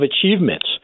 achievements